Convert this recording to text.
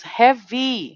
heavy